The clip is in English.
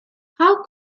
how